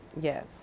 yes